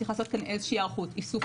צריך לעשות כאן איזושהי היערכות איסוף